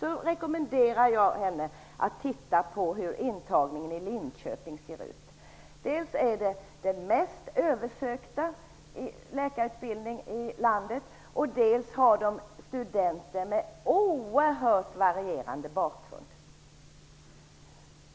Jag rekommenderar Majléne Westerlund Panke att se på hur intagningen i Linköping ser ut. Dels är det den mest översökta läkarutbildningen i landet dels har man studenter med oerhört varierande bakgrund.